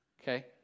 okay